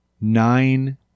Nine